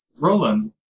Roland